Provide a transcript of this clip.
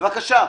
בבקשה.